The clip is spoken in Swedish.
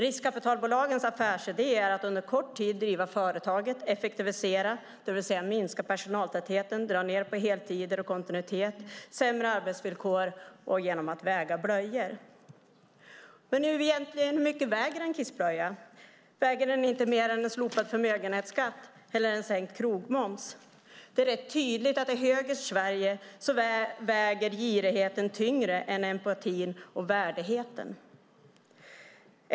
Riskkapitalbolagens affärsidé är att under kort tid driva företag och effektivisera, det vill säga minska personaltätheten, dra ned på heltider och kontinuitet, införa sämre arbetsvillkor och väga blöjor. Hur mycket väger egentligen en kissblöja? Väger den inte mer än en slopad förmögenhetsskatt eller en sänkt krogmoms? Det är rätt tydligt att i högerns Sverige väger girigheten tyngre än empatin och värdigheten.